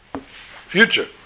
future